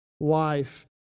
life